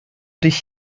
dich